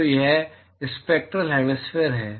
तो यह spectral hemispherical है